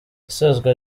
isozwa